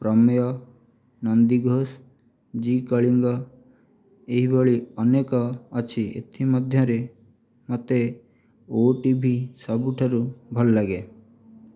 ପ୍ରମେୟ ନନ୍ଦିଘୋଷ ଜି କଳିଙ୍ଗ ଏହି ଭଳି ଅନେକ ଅଛି ଏଥି ମଧ୍ୟରେ ମୋତେ ଓଟିଭି ସବୁଠାରୁ ଭଲ ଲାଗେ